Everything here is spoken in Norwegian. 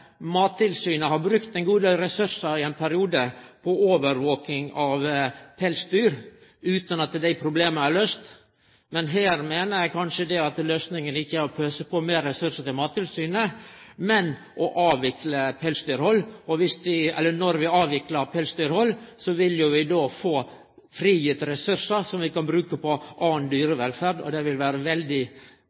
Mattilsynet har brukt ein god del ressursar i ein periode på overvaking av pelsdyr utan at problema der er løyste. Men her meiner eg kanskje at løysinga ikkje er å pøse på med meir ressursar til Mattilsynet, men å avvikle pelsdyrhald. Når vi avviklar pelsdyrhald, vil vi få frigitt ressursar som vi kan bruke på anna dyrevelferd, og det vil vere veldig